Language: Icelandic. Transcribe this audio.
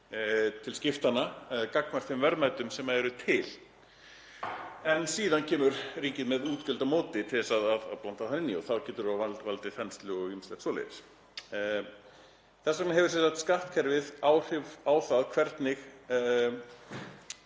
til skiptanna gagnvart þeim verðmætum sem eru til. En síðan kemur ríkið með útgjöld á móti til að blanda þar inn í og þá getur það valdið þenslu og ýmsu svoleiðis. Þess vegna hefur skattkerfið áhrif á það hvernig